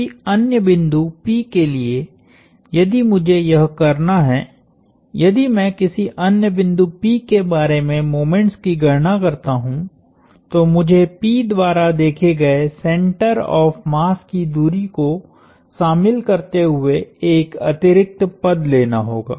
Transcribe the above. किसी अन्य बिंदु P के लिए यदि मुझे यह करना है यदि मैं किसी अन्य बिंदु P के बारे में मोमेंट्स की गणना करता हूं तो मुझे P द्वारा देखे गए सेंटर ऑफ़ मास की दूरी को शामिल करते हुए एक अतिरिक्त पद लेना होगा